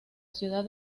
ciudad